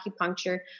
acupuncture